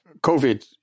COVID